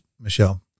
Michelle